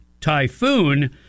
Typhoon